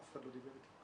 אף אחד לא דיבר איתי.